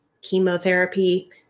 chemotherapy